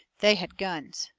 they had guns.